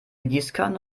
gießkanne